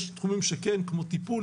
יש תחומים שכן כמו טיפול,